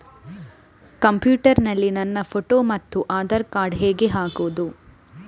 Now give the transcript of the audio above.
Computer ನಲ್ಲಿ ನನ್ನ photo ಮತ್ತು ಆಧಾರ್ ಕಾರ್ಡ್ ಹೇಗೆ ಹಾಕುವುದು?